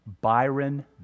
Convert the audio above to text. Byron